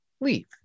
leave